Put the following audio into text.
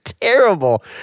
terrible